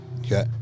okay